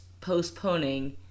postponing